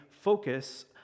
focus